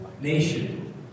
nation